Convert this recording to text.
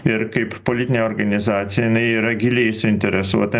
ir kaip politinė organizacija jinai yra giliai suinteresuota